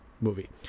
movie